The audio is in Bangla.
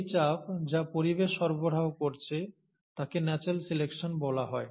এই চাপ যা পরিবেশ সরবরাহ করেছে তাকে 'natural selection' বলা হয়